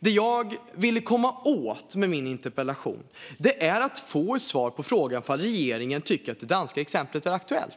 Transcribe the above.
Det jag vill komma åt med min interpellation är att få ett svar på frågan ifall regeringen tycker att det danska exemplet är aktuellt.